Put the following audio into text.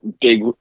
big